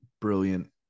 brilliant